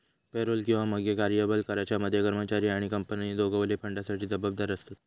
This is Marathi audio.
पेरोल किंवा मगे कर्यबल कराच्या मध्ये कर्मचारी आणि कंपनी दोघवले फंडासाठी जबाबदार आसत